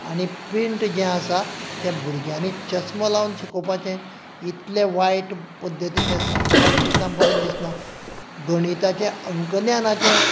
आनी प्रिंट जें आसा तें भुरग्यांनी चश्मा लावन शिकोवपाचें इतलें वायट पद्दतीचें सांगपाक सुद्दां बरें दिसना गणिताचें अंक ज्ञानाचें